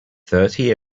thirty